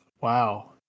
wow